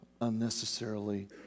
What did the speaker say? unnecessarily